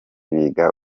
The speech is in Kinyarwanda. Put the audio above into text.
biga